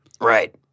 Right